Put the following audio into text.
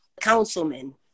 councilman